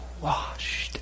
washed